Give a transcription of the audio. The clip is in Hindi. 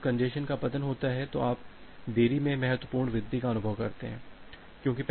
अब जब कंजेस्शन का पतन होता है तो आप देरी में महत्वपूर्ण वृद्धि का अनुभव करते हैं